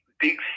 big